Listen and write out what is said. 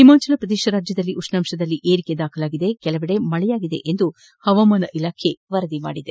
ಹಿಮಾಚಲ ಪ್ರದೇಶದಲ್ಲೂ ಉಷ್ಣಾಂಶದಲ್ಲಿ ಏರಿಕೆ ಕಂಡುಬಂದಿದ್ದು ಕೆಲವೆಡೆ ಮಳೆಯಾಗಿದೆ ಎಂದು ಹವಾಮಾನ ಇಲಾಖೆ ವರದಿ ಮಾಡಿದೆ